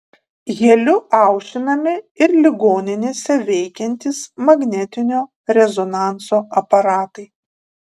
heliu aušinami ir ligoninėse veikiantys magnetinio rezonanso aparatai